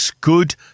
good